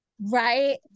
Right